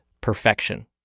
perfection